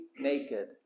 naked